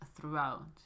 throughout